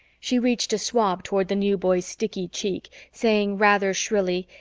she reached a swab toward the new boy's sticky cheek, saying rather shrilly,